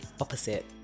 opposite